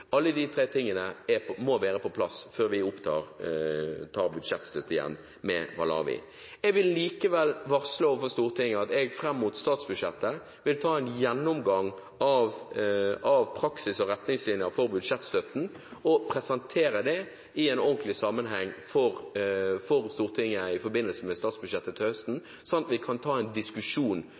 alle de tre tingene må være på plass før vi tar opp igjen budsjettstøtte til Malawi. Jeg vil likevel varsle Stortinget om at jeg fram mot statsbudsjettet vil ta en gjennomgang av praksis og retningslinjer for budsjettstøtten og presentere det i en ordentlig sammenheng for Stortinget i forbindelse med statsbudsjettet til høsten, slik at vi kan ta en diskusjon